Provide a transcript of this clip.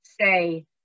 say